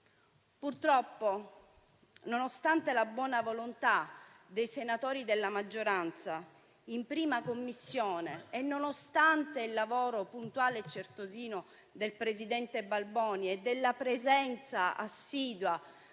Purtroppo, nonostante la buona volontà dei senatori della maggioranza in 1a Commissione e nonostante il lavoro puntuale e certosino del presidente Balboni e la presenza assidua